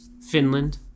Finland